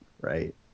right